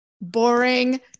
boring